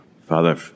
Father